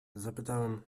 zapytałem